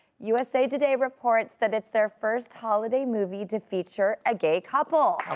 usa today reports that it's their first holiday movie to feature a gay couple.